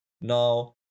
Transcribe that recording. now